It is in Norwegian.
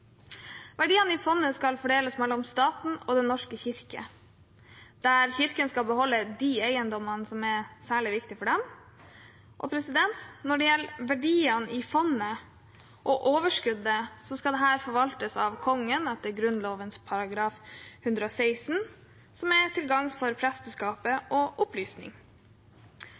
Verdiene i fondet skal fordeles mellom staten og Den norske kirke, der Kirken skal beholde de eiendommene som er særlig viktige for dem. Når det gjelder verdiene i fondet og overskuddet, skal dette forvaltes av Kongen etter Grunnloven § 116, til gagn for presteskapet og opplysning.